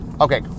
Okay